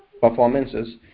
performances